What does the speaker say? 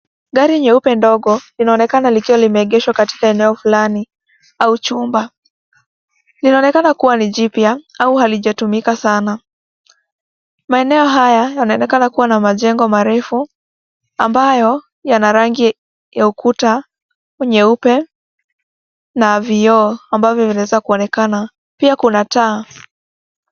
Gari nyeupe ndogo inaonekana likiwa limeegeshwa katika eneo fulani au chumba. Linaonekana kuwa ni jipya au halijatumika sana. Maeneo haya yanaonekana kua na majengo marefu ambayo yana rangi ya ukuta nyeupe na vioo ambavyo vinaweza kuonekana. Pia kuna taa.